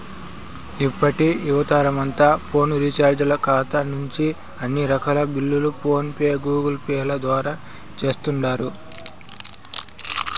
ఇప్పటి యువతరమంతా ఫోను రీచార్జీల కాతా నుంచి అన్ని రకాల బిల్లుల్ని ఫోన్ పే, గూగుల్పేల ద్వారా సేస్తుండారు